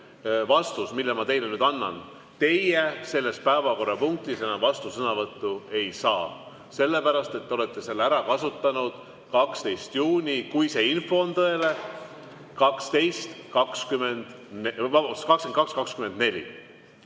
vastus, mille ma teile annan. Teie selles päevakorrapunktis enam vastusõnavõttu ei saa, sellepärast et te olete selle ära kasutanud 12. juunil – kui see info on tõene –